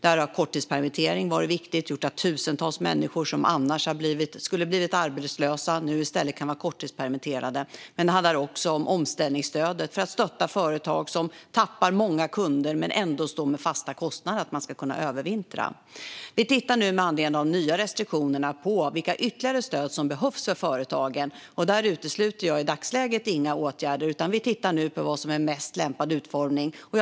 Där har korttidspermittering varit viktigt och gjort att tusentals människor som annars skulle ha blivit arbetslösa nu i stället kan vara korttidspermitterade. Vi har också ett omställningsstöd för att stötta företag som tappar många kunder men ändå står med fasta kostnader, så att de ska kunna övervintra. Vi tittar nu med anledning av de nya restriktionerna på vilka ytterligare stöd som behövs för företagen. Där utesluter jag i dagsläget inga åtgärder. Vi tittar nu på vad som är den lämpligaste utformningen.